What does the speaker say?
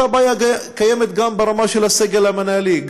אותה בעיה קיימת גם ברמה של הסגל המינהלי,